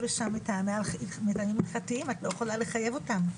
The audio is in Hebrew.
לשם מטעמים פרטיים ואת לא יכולה לחייב אותם,